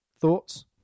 thoughts